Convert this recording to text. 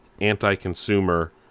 anti-consumer